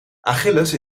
achilles